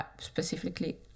specifically